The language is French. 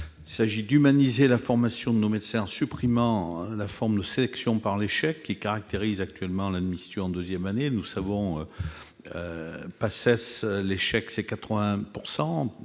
Il s'agit d'humaniser la formation de nos médecins en supprimant la forme de sélection par l'échec qui caractérise actuellement l'admission en deuxième année. Nous le savons, en Paces, l'échec s'élève